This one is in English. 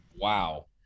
wow